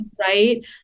right